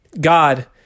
God